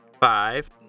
five